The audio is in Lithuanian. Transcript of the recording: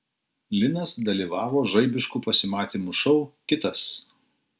linas dalyvavo žaibiškų pasimatymų šou kitas